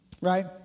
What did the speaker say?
right